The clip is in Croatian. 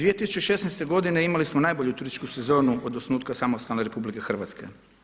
2016. godine imali smo najbolju turističku sezonu od osnutka samostalne Republike Hrvatske.